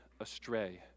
astray